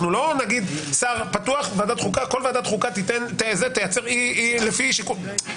אנחנו לא נגיד, שוועדת חוקה תייצר לפי שיקול דעת.